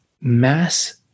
mass